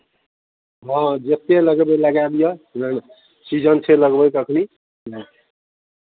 हँ जतेक लगबै लगा लिअ बुझलियै ने सीजन छै लगबयके एखन ह्म्म